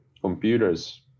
computers